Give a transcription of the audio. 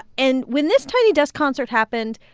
and when this tiny desk concert happened,